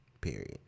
Period